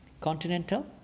Continental